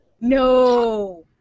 no